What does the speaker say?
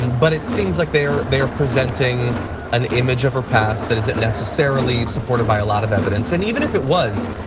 and but it seems like they're they're presenting an image of her past that isn't necessarily supported by a lot of evidence. and even if it was,